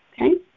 okay